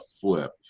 flip